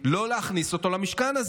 לא להכניס אותו למשכן הזה.